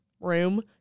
room